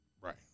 Right